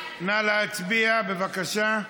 נא להצביע, בבקשה.